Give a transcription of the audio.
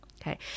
Okay